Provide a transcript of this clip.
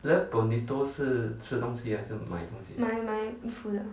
买买衣服的